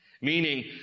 Meaning